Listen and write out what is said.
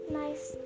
nice